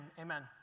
Amen